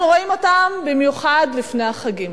אנחנו רואים אותם במיוחד לפני החגים.